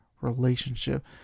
relationship